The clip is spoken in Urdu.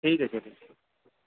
ٹھیک ہے سر